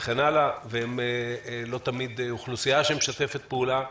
וכן הלאה, והם לא תמיד אוכלוסייה שמשתפת פעולה.